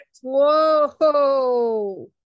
Whoa